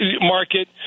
market